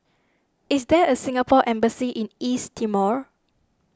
is there a Singapore Embassy in East Timor